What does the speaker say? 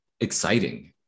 exciting